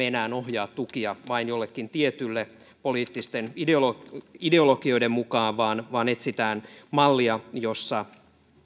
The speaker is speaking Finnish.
enää ohjaa tukia vain jollekin tietylle poliittisten ideologioiden ideologioiden mukaan vaan vaan etsitään mallia jossa